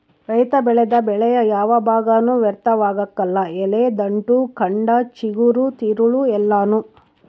ರೈತ ಬೆಳೆದ ಬೆಳೆಯ ಯಾವ ಭಾಗನೂ ವ್ಯರ್ಥವಾಗಕಲ್ಲ ಎಲೆ ದಂಟು ಕಂಡ ಚಿಗುರು ತಿರುಳು ಎಲ್ಲಾನೂ